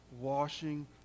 washing